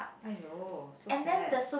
!aiyo! so sad